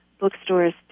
bookstores